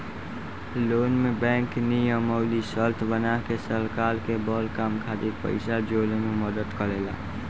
loan में bank नियम अउर शर्त बना के सरकार के बड़ काम खातिर पइसा जोड़े में मदद करेला